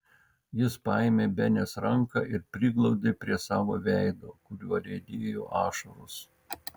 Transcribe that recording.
jis paėmė benės ranką ir priglaudė prie savo veido kuriuo riedėjo ašaros